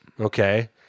Okay